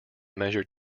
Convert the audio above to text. measure